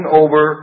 over